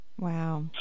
Wow